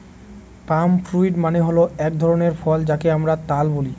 পাম fruit মানে হল এক ধরনের ফল যাকে আমরা তাল বলি